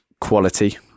quality